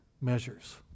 measures